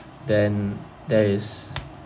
then there is